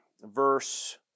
verse